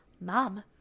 Mom